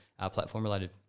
platform-related